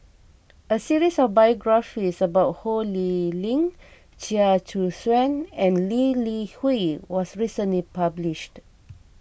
a series of biographies about Ho Lee Ling Chia Choo Suan and Lee Li Hui was recently published